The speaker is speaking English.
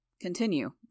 Continue